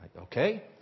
Okay